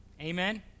amen